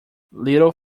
little